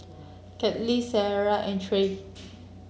Kailee Sarrah and Trey